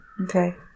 Okay